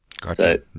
Gotcha